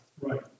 Right